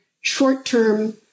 short-term